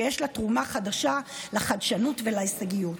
שיש לה תרומה חדשה לחדשנות ולהישגיות.